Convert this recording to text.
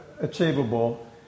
achievable